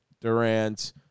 Durant